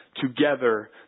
Together